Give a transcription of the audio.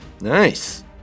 Nice